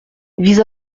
vis